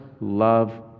love